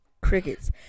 crickets